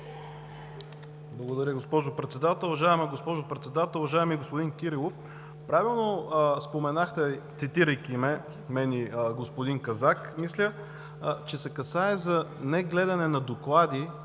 Благодаря, госпожо Председател. Уважаема госпожо Председател, уважаеми господин Кирилов, правилно споменахте, цитирайки мен и господин Казак мисля, че се касае за негледане на доклади